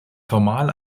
formal